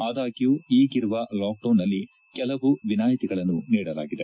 ಆದಾಗ್ಕೂ ಈಗಿರುವ ಲಾಕ್ಡೌನ್ನಲ್ಲಿ ಕೆಲವು ವಿನಾಯಿತಿಗಳನ್ನು ನೀಡಲಾಗಿದೆ